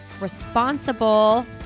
responsible